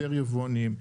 יותר יבואנים,